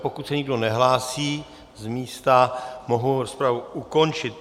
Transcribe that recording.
Pokud se nikdo nehlásí z místa, mohu rozpravu ukončit.